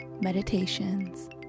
Meditations